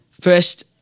First